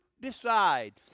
decide